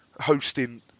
hosting